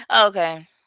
Okay